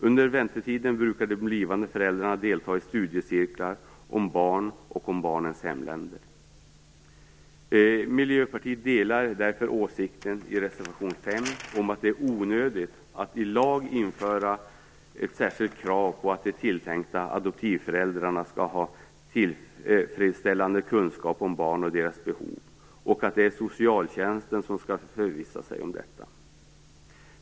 Under väntetiden brukar de blivande föräldrarna delta i studiecirklar om barn och om barnens hemländer. Miljöpartiet delar därför åsikten i reservation 5 om att det är onödigt att i lag införa ett särskilt krav på att de tilltänkta adoptivföräldrarna skall ha tillfredsställande kunskap om barn och deras behov och att det är socialtjänsten som skall förvissa sig om detta.